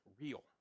real